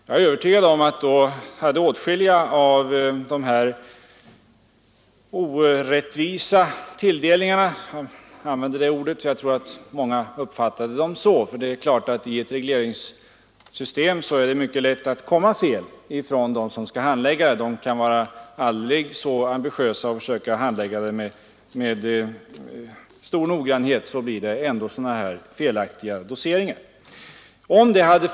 Hade ransoneringen pågått längre, hade säkerligen kritiken mot de orättvisa tilldelningarna blivit betydligt hårdare. I ett regleringssystem är det nämligen mycket lätt att handläggarna gör fel. De kan vara aldrig så ambitiösa och försöka handlägga frågorna med stor noggrannhet — det blir ändå felaktiga tilldelningar.